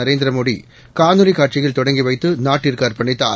நரேந்திரமோடிகாணொலிகாட்சியில்தொடங் கிவைத்து நாட்டுக்குஅர்ப்பணித்தார்